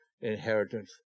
inheritance